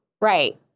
Right